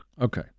Okay